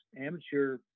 amateur